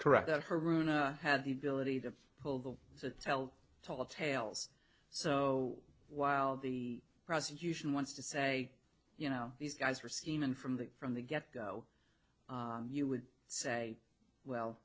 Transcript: correct that her room had the ability to pull the to tell tall tales so while the prosecution wants to say you know these guys were seen and from the from the get go you would say well